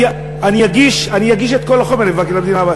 אני אגיש את כל החומר למבקר המדינה.